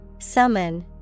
Summon